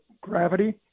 gravity